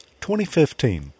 2015